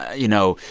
you know,